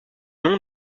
nom